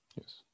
Yes